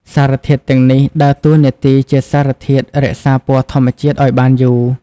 សារធាតុទាំងនេះដើរតួនាទីជាសារធាតុរក្សាពណ៌ធម្មជាតិឱ្យបានយូរ។